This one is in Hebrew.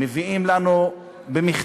מביאים לנו במחטף